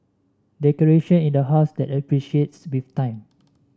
decoration in the house that appreciates with time